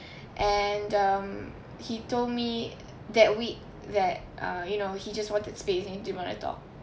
and um he told me that we that ah you know he just wanted space and he didn't want to talk